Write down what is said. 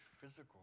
physical